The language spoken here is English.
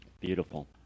Beautiful